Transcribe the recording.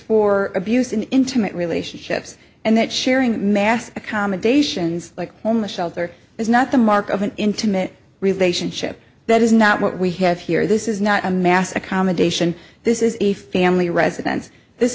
for abuse in intimate relationships and that sharing mass accommodations like only shelter is not the mark of an intimate relationship that is not what we have here this is not a mass accommodation this is a family residence this